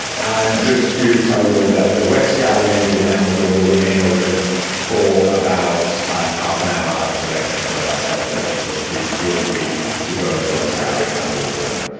and just to tell you all that the west gallery and the enamels room will remain open for about half an hour after the lecture and until about seven thirty, so please feel free to go into the west gallery and have a look around.